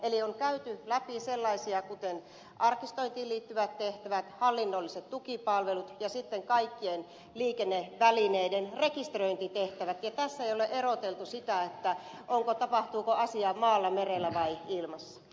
eli on käyty läpi sellaisia kuten arkistointiin liittyvät tehtävät hallinnolliset tukipalvelut ja sitten kaikkien liikennevälineiden rekisteröintitehtävät ja tässä ei ole eroteltu sitä tapahtuuko asia maalla merellä vai ilmassa